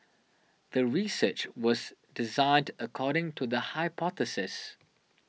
the research was designed according to the hypothesis